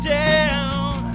down